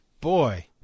boy